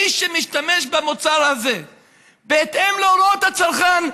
מי שמשתמש במוצר הזה בהתאם להוראות היצרן,